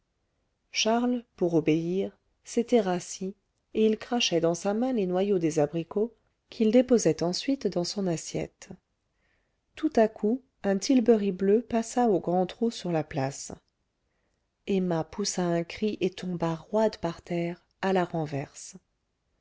charles pour obéir s'était rassis et il crachait dans sa main les noyaux des abricots qu'il déposait ensuite dans son assiette tout à coup un tilbury bleu passa au grand trot sur la place emma poussa un cri et tomba roide par terre à la renverse